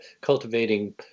cultivating